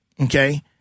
okay